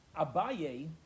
Abaye